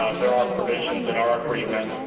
ah there are provisions in our agreement